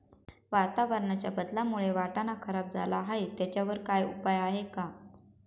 वातावरणाच्या बदलामुळे वाटाणा खराब झाला आहे त्याच्यावर काय उपाय आहे का?